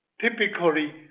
typically